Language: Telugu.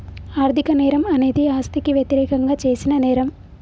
ఆర్థిక నేరం అనేది ఆస్తికి వ్యతిరేకంగా చేసిన నేరం